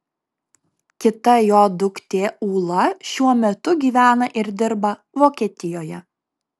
kita jo duktė ūla šiuo metu gyvena ir dirba vokietijoje